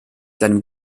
seinem